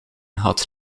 had